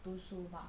读书 bah